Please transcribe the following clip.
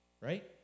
right